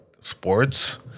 sports